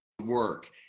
work